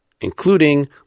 including